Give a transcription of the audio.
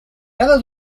cada